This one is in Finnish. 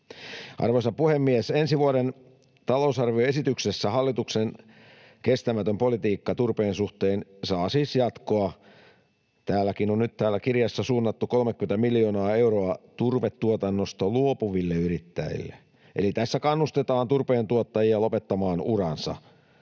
Arvoisa puhemies! Ensi vuoden talousarvioesityksessä hallituksen kestämätön politiikka turpeen suhteen saa siis jatkoa. Täällä kirjassakin on nyt suunnattu 30 miljoonaa euroa turvetuotannosta luopuville yrittäjille, eli tässä kannustetaan turpeentuottajia lopettamaan uransa.